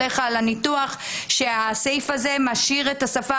הניתוח שלך שהסעיף הזה משאיר את השפה